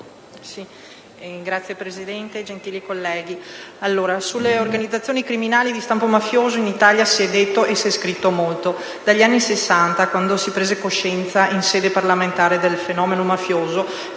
Signor Presidente, gentili colleghi, sulle organizzazioni criminali di stampo mafioso in Italia si è detto e si è scritto molto. Dagli anni Sessanta, quando si prese coscienza in sede parlamentare del fenomeno mafioso,